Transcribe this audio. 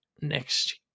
next